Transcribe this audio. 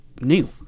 new